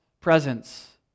presence